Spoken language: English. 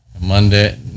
Monday